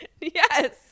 Yes